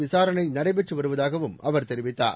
விசாரணை நடைபெற்று வருவதாகவும் அவர் தெரிவித்தார்